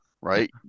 right